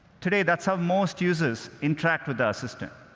today, that's how most users interact with the assistant.